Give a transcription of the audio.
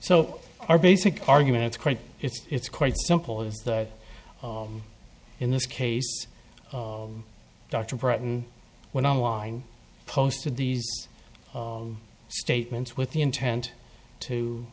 so our basic argument it's quite it's quite simple is that in this case dr britton went online posted these statements with the intent to